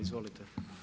Izvolite.